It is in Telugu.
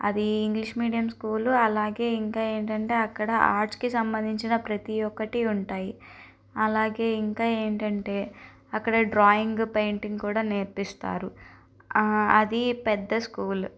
అది ఇంగ్లీష్ మీడియం స్కూలు అలాగే ఇంకా ఏంటంటే అక్కడ ఆర్ట్స్కి సంబంధించిన ప్రతి ఒక్కటి ఉంటాయి అలాగే ఇంకా ఏంటంటే అక్కడ డ్రాయింగ్ పెయింటింగ్ కూడా నేర్పిస్తారు అది పెద్ద స్కూల్